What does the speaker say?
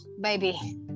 baby